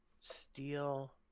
Steel